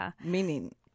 meaning